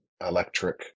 electric